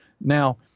Now